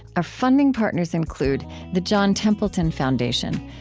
our funding partners include the john templeton foundation.